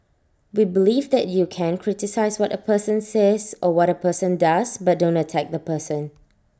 we believe that you can criticise what A person says or what A person does but don't attack the person